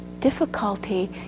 difficulty